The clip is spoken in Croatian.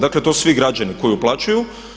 Dakle to su svi građani koji uplaćuju.